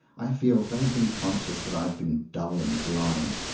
i feel vaguely conscious that i have been dull and blind,